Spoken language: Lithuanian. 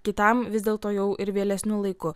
kitam vis dėlto jau ir vėlesniu laiku